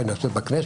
היא נעשית בכנסת,